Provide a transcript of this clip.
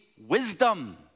wisdom